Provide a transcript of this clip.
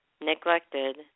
neglected